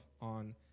on